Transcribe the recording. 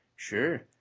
Sure